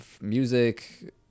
Music